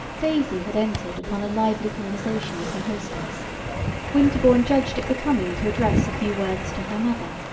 daisy had entered upon a lively conversation with her hostess winterbourne judged it becoming to address a few words to her mother.